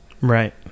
Right